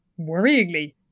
Worryingly